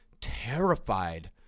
Terrified